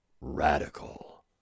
radical